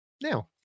now